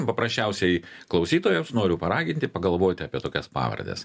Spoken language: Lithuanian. paprasčiausiai klausytojams noriu paraginti pagalvoti apie tokias pavardes